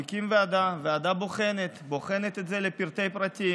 הוא הקים ועדה שבוחנת את זה לפרטי-פרטים.